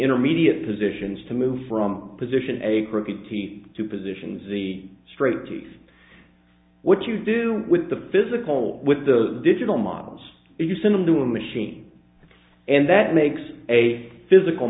intermediate positions to move from position a cricket t to positions the straight tees what you do with the physical with the digital models you send them to a machine and that makes a physical